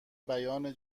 بیان